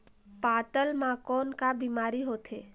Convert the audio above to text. पातल म कौन का बीमारी होथे?